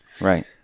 Right